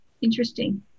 interesting